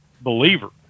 believer